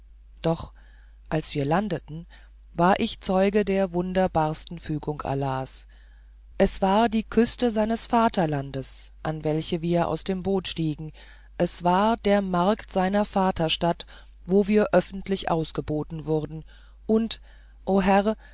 doch als wir landeten war ich zeuge der wunderbarsten fügung allahs es war die küste seines vaterlandes an welche wir aus dem boot stiegen es war der markt seiner vaterstadt wo wir öffentlich ausgeboten wurden und o